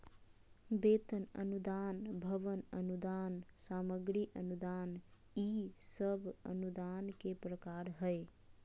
वेतन अनुदान, भवन अनुदान, सामग्री अनुदान ई सब अनुदान के प्रकार हय